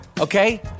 Okay